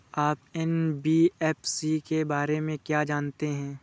आप एन.बी.एफ.सी के बारे में क्या जानते हैं?